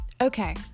Okay